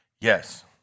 yes